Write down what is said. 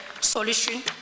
solution